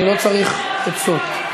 אני לא צריך עצות.